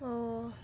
ও